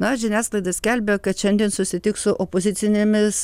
na žiniasklaida skelbia kad šiandien susitiks su opozicinėmis